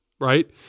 Right